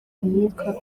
umwuka